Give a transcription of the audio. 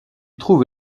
trouve